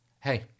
Hey